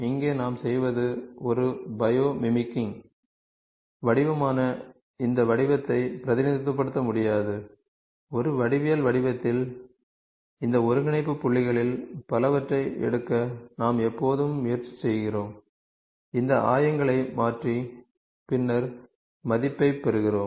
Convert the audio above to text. இங்கே நாம் செய்வது ஒரு பயோ மிமிக்கிங் வடிவமான இந்த வடிவத்தை பிரதிநிதித்துவப்படுத்த முடியாது ஒரு வடிவியல் வடிவத்தில் இந்த ஒருங்கிணைப்பு புள்ளிகளில் பலவற்றை எடுக்க நாம் எப்போதும் முயற்சி செய்கிறோம் இந்த ஆயங்களை மாற்றி பின்னர் மதிப்பைப் பெறுகிறோம்